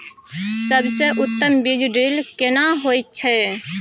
सबसे उत्तम बीज ड्रिल केना होए छै?